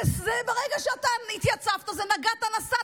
ברגע שהתייצבת זה "נגעת, נסעת".